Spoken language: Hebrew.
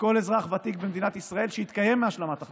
וכל אזרח ותיק במדינת ישראל שהתקיים מהשלמת הכנסה,